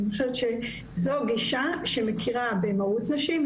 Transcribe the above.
אני חושבת שזו גישה שמכירה במהות נשים,